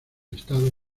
estado